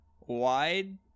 wide